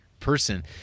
Person